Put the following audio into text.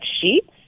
sheets